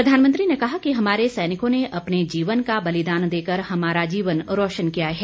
प्रधानमंत्री ने कहा कि हमारे सैनिकों ने अपने जीवन का बलिदान देकर हमारा जीवन रोशन किया है